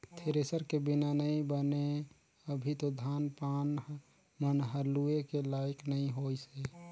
thresher के बिना नइ बने अभी तो धान पान मन हर लुए के लाइक नइ होइसे